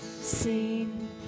seen